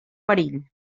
perill